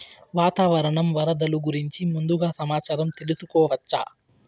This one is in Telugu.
వాతావరణం వరదలు గురించి ముందుగా సమాచారం తెలుసుకోవచ్చా?